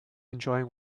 enjoying